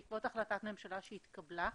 בעקבות החלטת ממשלה שהתקבלה,